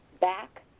back